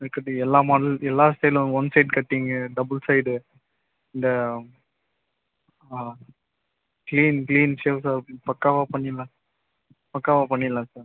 இருக்குது எல்லா மாடல் எல்லா ஸ்டைலும் one side cutting double side இந்த க்ளீன் க்ளீன் ஷேவ் பக்காவாக பண்ணிருலாம் பக்காவாக பண்ணிருலாம் சார்